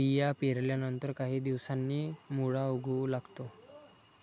बिया पेरल्यानंतर काही दिवसांनी मुळा उगवू लागतो